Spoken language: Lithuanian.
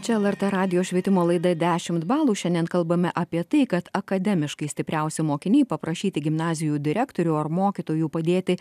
čia lrt radijo švietimo laida dešimt balų šiandien kalbame apie tai kad akademiškai stipriausi mokiniai paprašyti gimnazijų direktorių ar mokytojų padėti